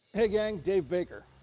hey, gang. dave baker.